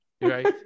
right